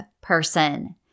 person